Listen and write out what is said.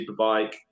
Superbike